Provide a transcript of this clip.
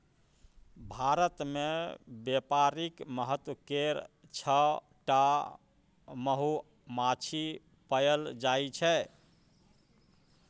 भारत मे बेपारिक महत्व केर छअ टा मधुमाछी पएल जाइ छै